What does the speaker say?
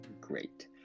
great